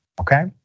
okay